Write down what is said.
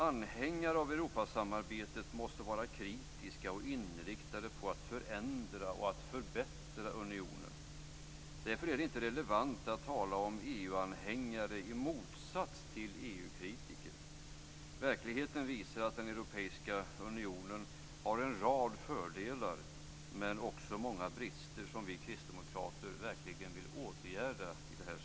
Anhängare av Europasamarbetet måste vara kritiska och inriktade på att förändra och förbättra unionen. Därför är det inte relevant att tala om "EU-anhängare" i motsats till "EU-kritiker". Verkligheten visar att den europeiska unionen har en rad fördelar, men också många brister, som vi kristdemokrater verkligen vill åtgärda.